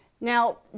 Now